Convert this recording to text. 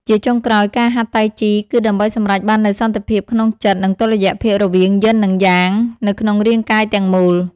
ជាចុងក្រោយ ការហាត់តៃជីគឺដើម្បីសម្រេចបាននូវសន្តិភាពក្នុងចិត្ត និងតុល្យភាពរវាងយិន និងយ៉ាងនៅក្នុងរាងកាយទាំងមូល។